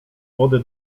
wody